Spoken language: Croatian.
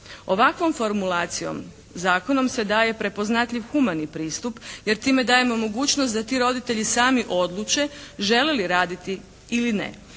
Ovakvom formulacijom zakonom se daje prepoznatljiv humani pristup jer time dajemo mogućnost da ti roditelji sami odluče žele li raditi ili ne